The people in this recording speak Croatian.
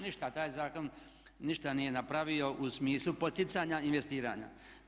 Ništa taj zakon ništa nije napravio u smislu poticanja investiranja.